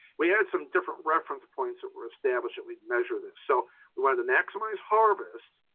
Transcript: we had some different reference points that were established that we'd measure this. so we wanted to maximize harvest.